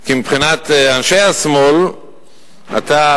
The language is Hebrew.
כי מבחינת אנשי השמאל אתה,